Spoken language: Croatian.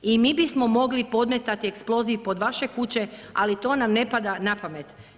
I mi bismo mogli podmetati eksploziv pod vaše kuće ali to nam ne pada na pamet.